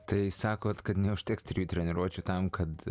tai sakot kad neužteks trijų treniruočių tam kad